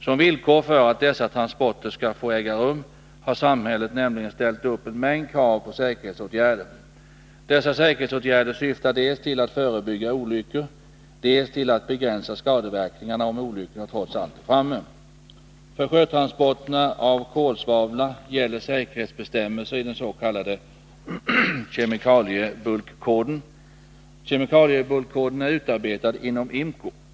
Som villkor för att dessa transporter skall få äga rum har samhället nämligen ställt upp en mängd krav på säkerhetsåtgärder. Dessa säkerhetsåtgärder syftar dels till att förebygga olyckor, dels till att begränsa skadeverkningarna om olyckan trots allt är framme. För sjötransporterna av kolsvavla gäller säkerhetsbestämmelserna i den s.k. kemikaliebulkkoden. Kemikaliebulkkoden är utarbetad inom IMCO .